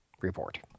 report